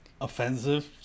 offensive